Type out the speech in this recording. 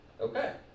okay